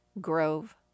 Grove